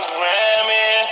Grammy